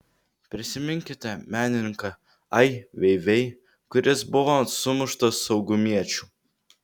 prisiminkite menininką ai vei vei kuris buvo sumuštas saugumiečių